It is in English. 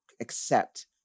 accept